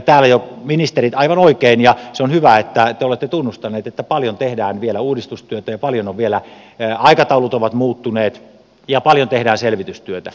täällä jo ministerit aivan oikein kertoivat ja se on hyvä että te olette tunnustaneet että paljon tehdään vielä uudistustyötä ja aikataulut ovat muuttuneet ja paljon tehdään selvitystyötä